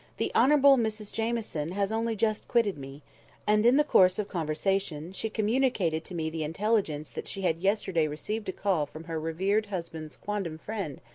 the honourable mrs jamieson has only just quitted me and, in the course of conversation, she communicated to me the intelligence that she had yesterday received a call from her revered husband's quondam friend,